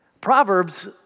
Proverbs